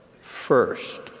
first